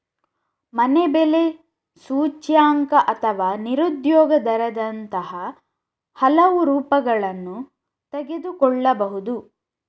ಮನೆ ಬೆಲೆ ಸೂಚ್ಯಂಕ ಅಥವಾ ನಿರುದ್ಯೋಗ ದರದಂತಹ ಹಲವು ರೂಪಗಳನ್ನು ತೆಗೆದುಕೊಳ್ಳಬಹುದು